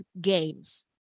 games